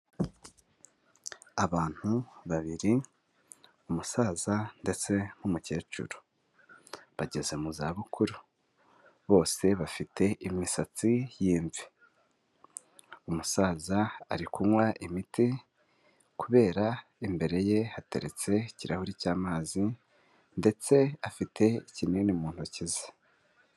Abantu babiri umusaza ndetse n'umukecuru, bageze mu za bukuru bose bafite imisatsi y'imvi, umusaza ari kunywa imiti kubera imbere ye hateretse ikirahuri cy'amazi ndetse afite ikinini mu ntoki ze.